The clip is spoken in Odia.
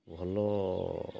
ଭଲ